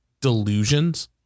delusions